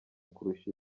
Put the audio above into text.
kurusha